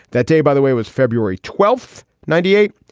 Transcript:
that day, by the way, was february twelfth, ninety eight.